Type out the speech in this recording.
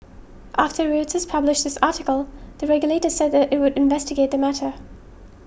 after Reuters published this article the regulator said that it would investigate the matter